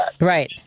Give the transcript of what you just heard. Right